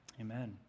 Amen